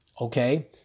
okay